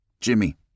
Jimmy